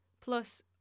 plus